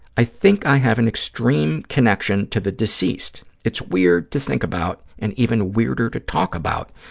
i think i have an extreme connection to the deceased. it's weird to think about and even weirder to talk about.